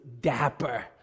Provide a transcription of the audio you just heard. dapper